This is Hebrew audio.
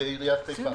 לעיריית חיפה.